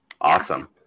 Awesome